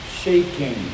Shaking